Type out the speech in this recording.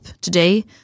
today